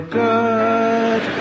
good